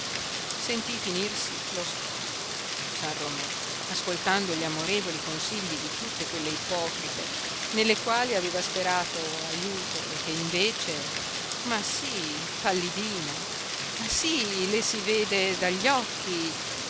sentì finirsi lo stomaco san romé ascoltando gli amorevoli consigli di tutte quelle ipocrite nelle quali aveva sperato ajuto e che invece ma sì pallidina ma sì le si vede dagli occhi